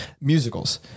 musicals